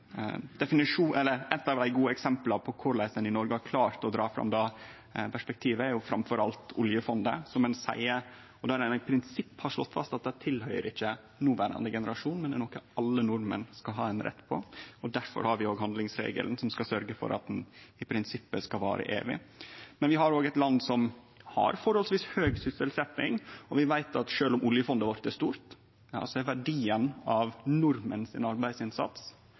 av dei gode eksempla på korleis ein i Noreg har klart å dra fram det perspektivet, er framfor alt oljefondet, der ein i prinsippet har slått fast at det ikkje tilhøyrer noverande generasjon, men er noko alle nordmenn skal ha ein rett på. Difor har vi også handlingsregelen, som skal sørgje for at fondet i prinsippet skal vare evig. Men vi har òg eit land som har forholdsvis høg sysselsetjing, og vi veit at sjølv om oljefondet vårt er stort, så er verdien av nordmenn sin arbeidsinnsats